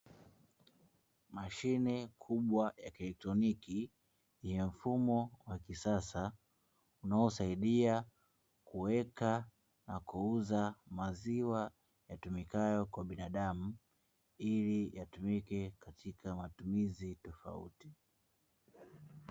Mashine kubwa ya kieletroniki ya mfumo wa kisasa unaosaidia kuweka na kuuza maziwa yatumikayo kwa binadamu ,ili yatumike katika matumizi tofauti.